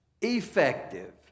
effective